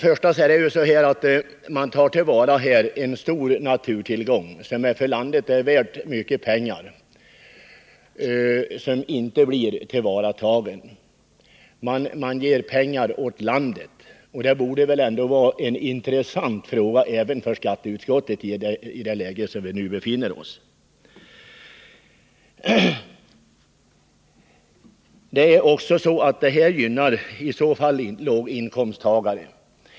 Först är att säga att man här tar till vara en stor naturtillgång som är mycket betydelsefull för landet. Man ger alltså pengar åt landet, och detta borde ju vara intressant även för skatteutskottet i det ekonomiska läge som vi nu befinner oss i. Det här skulle också gynna låginkomsttagare.